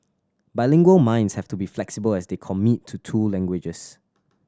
bilingual minds have to be flexible as they commit to two languages